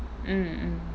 mm mm